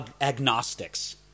agnostics